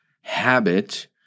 habit